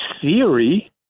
theory